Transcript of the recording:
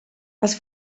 els